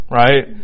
right